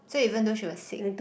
so even though she was sick